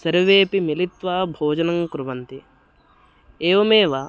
सर्वेपि मिलित्वा भोजनं कुर्वन्ति एवमेव